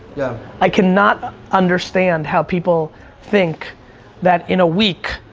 yeah. i cannot understand how people think that in a week,